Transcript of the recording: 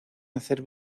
hacer